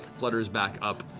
flutters back up,